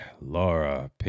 Laura